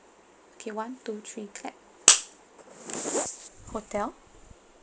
okay one two three clap hotel